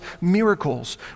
miracles